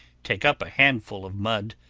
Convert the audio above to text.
take up a handful of mud,